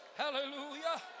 hallelujah